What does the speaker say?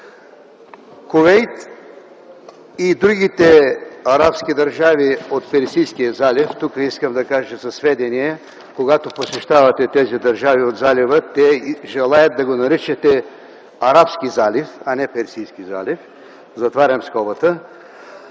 Кувейт и другите арабски държави от Персийския залив (тук искам да кажа за сведение, че когато посещавате тези държави от Залива, те желаят да го наричате „Арабски залив”, а не „Персийски залив”), имат